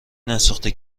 نسوخته